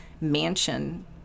mansion